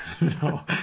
no